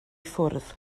ffwrdd